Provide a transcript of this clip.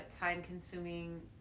time-consuming